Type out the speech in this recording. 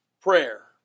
prayer